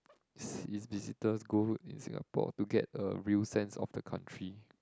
is visitors go in Singapore to get a real sense of the country